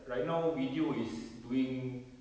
right now video is doing